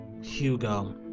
Hugo